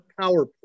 PowerPoint